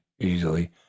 easily